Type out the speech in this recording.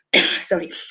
Sorry